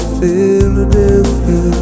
Philadelphia